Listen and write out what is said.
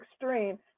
extreme